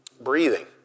breathing